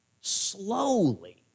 slowly